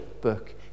book